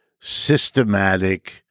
systematic